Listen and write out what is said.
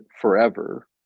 forever